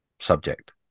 subject